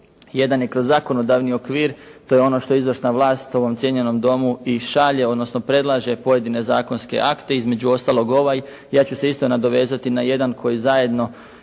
Jedan je kroz zakonodavni okvir. To je ono što je izvršna vlast u ovom cijenjenom Domu i šalje, odnosno predlaže pojedine zakonske akte, između ostalog ovaj. Ja ću se isto nadovezati na jedan koji zajedno,